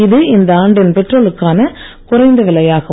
இது இந்த ஆண்டின் பெட்ரோலுக்கான குறைந்த விலையாகும்